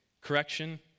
Correction